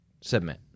Submit